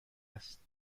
است